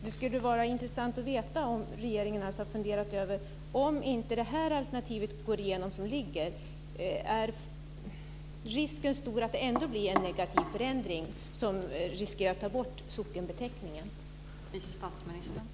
Det skulle vara intressant att veta om regeringen har funderat över detta. Är risken stor att det blir en negativ förändring som innebär att sockenbeteckningarna tas bort även om det alternativ som ligger framme inte går igenom?